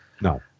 No